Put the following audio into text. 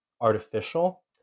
artificial